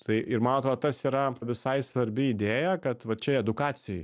tai ir man atrodo tas yra visai svarbi idėja kad va čia edukacijoj